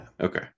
okay